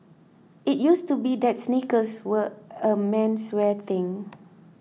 it used to be that sneakers were a menswear thing